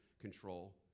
control